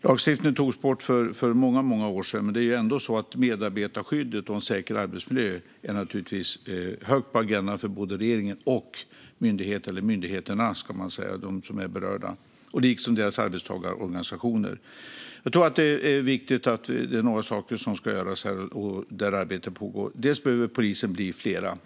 Lagstiftningen togs bort för många år sedan, men medarbetarskyddet och en säker arbetsmiljö ligger naturligtvis högt på agendan för regeringen och berörda myndigheter liksom deras arbetstagarorganisationer. Det finns några viktiga saker att göra, och arbete pågår. Bland annat behöver poliserna bli fler.